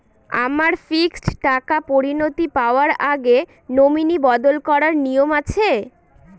আমার ফিক্সড টাকা পরিনতি পাওয়ার আগে নমিনি বদল করার নিয়ম আছে?